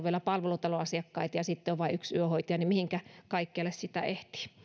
vielä palvelutalon asiakkaita ja on vain yksi yöhoitaja niin mihinkä kaikkialle sitä ehtii